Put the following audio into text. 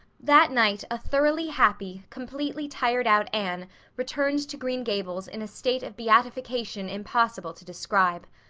that night a thoroughly happy, completely tired-out anne returned to green gables in a state of beatification impossible to describe.